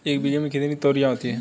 एक बीघा में कितनी तोरियां उगती हैं?